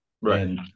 right